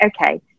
okay